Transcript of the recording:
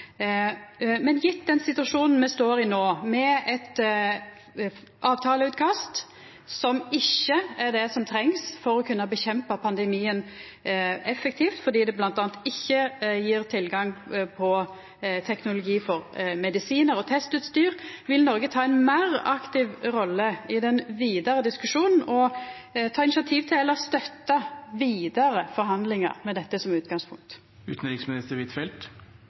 den situasjonen vi står i no, med eit avtaleutkast som ikkje er det som trengst for å kunna kjempa ned pandemien effektivt, fordi det bl.a. ikkje gjev tilgang på teknologi for medisinar og testutstyr, vil Noreg ta ein meir aktiv rolle i den vidare diskusjonen og ta initiativ til eller støtta vidare forhandlingar med dette som